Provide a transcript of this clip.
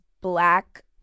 black